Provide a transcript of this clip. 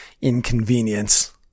inconvenience